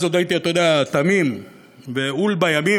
אז עוד הייתי, אתה יודע, תמים ועול בימים.